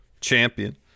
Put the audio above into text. champion